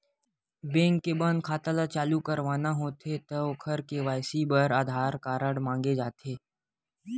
bank के बंद खाता ल फेर चालू करवाना होथे त ओखर के.वाई.सी बर आधार कारड मांगे जाथे